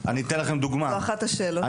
זוהי אחת השאלות ששאלנו.